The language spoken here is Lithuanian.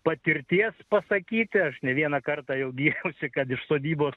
patirties pasakyti aš ne vieną kartą giriausi kad iš sodybos